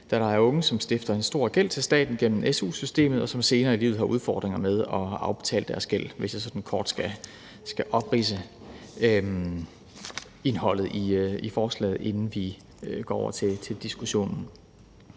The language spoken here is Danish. da der er unge, som stifter en stor gæld til staten gennem su-systemet, og som senere i livet har udfordringer med at afbetale deres gæld – hvis jeg sådan kort skal opridse indholdet i forslaget, inden vi går over til diskussionen.